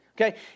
Okay